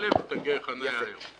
170,000 תגי חניה היום.